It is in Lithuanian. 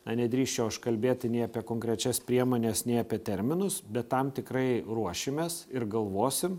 na nedrįsčiau aš kalbėti nei apie konkrečias priemones nei apie terminus bet tam tikrai ruošimės ir galvosim